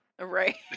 Right